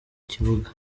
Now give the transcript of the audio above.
kibuga